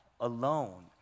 alone